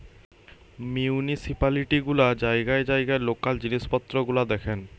municipality গুলা জায়গায় জায়গায় লোকাল জিনিস পত্র গুলা দেখেন